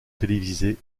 télévisé